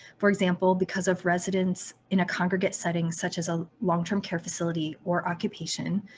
for example because of residence in congregate setting such as ah long-term care facility or occupation,